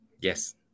Yes